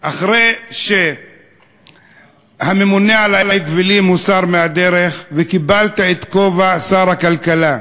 אחרי שהממונה על ההגבלים הוסר מהדרך וקיבלת את כובע שר הכלכלה,